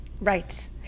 Right